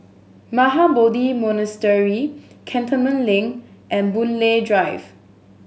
Mahabodhi Monastery Cantonment Link and Boon Lay Drive